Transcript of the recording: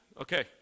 Okay